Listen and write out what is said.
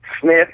smith